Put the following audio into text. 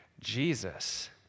Jesus